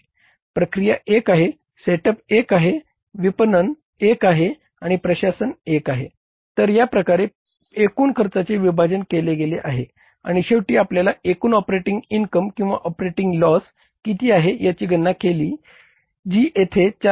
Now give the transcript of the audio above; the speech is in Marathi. प्रक्रिया एक आहे सेटअप एक आहे विपणन किती आहे याची गणना केली जी येथे 4